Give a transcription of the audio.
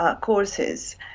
courses